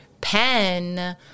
Pen